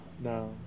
No